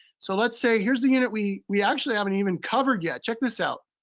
so let's say, here's the unit we we actually haven't even covered yet, check this out.